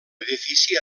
edifici